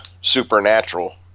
Supernatural